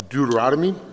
Deuteronomy